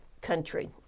country